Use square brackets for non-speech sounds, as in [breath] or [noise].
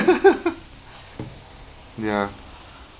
[laughs] [breath] ya [breath]